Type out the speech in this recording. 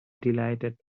delighted